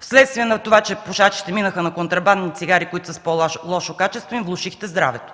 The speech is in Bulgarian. Вследствие на това, че пушачите минаха на контрабандни цигари, които са с по-лошо качество, им влошихте здравето.